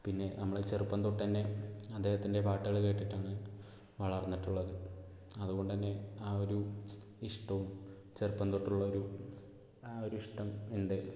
പിന്നെ നമ്മൾ ചെറുപ്പം തൊട്ടുതന്നെ അദ്ദേഹത്തിൻ്റെ പാട്ടുകൾ കേട്ടിട്ടാണ് വളർന്നിട്ടുള്ളത് അത് കൊണ്ടുതന്നെ ആ ഒരു ഇഷ്ടവും ചെറുപ്പം തൊട്ടുള്ള ഒരു ആ ഒരു ഇഷ്ടം ഉണ്ട്